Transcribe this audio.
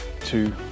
two